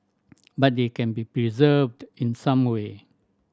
but they can be preserved in some way